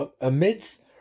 amidst